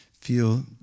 Feel